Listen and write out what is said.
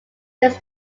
this